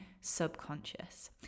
subconscious